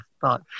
thought